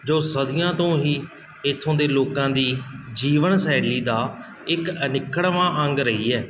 ਜੋ ਸਦੀਆਂ ਤੋਂ ਹੀ ਇੱਥੋਂ ਦੇ ਲੋਕਾਂ ਦੀ ਜੀਵਨ ਸ਼ੈਲੀ ਦਾ ਇੱਕ ਅਨਿੱਖੜਵਾਂ ਅੰਗ ਰਹੀ ਹੈ